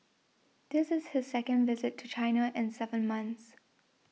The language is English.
this is his second visit to China in seven months